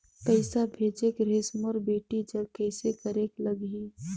पइसा भेजेक रहिस मोर बेटी जग कइसे करेके लगही?